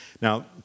Now